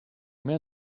mehr